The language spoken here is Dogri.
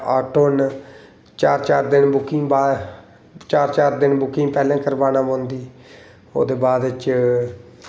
ऑटो न चार चार दिन बुकिंग बाद चार चार दिन बुकिंग पैह्लें करवाना पौंदी ओह्दे बाद च